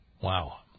Wow